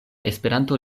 esperanto